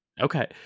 Okay